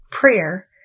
prayer